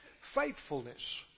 faithfulness